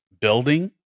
building